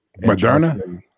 Moderna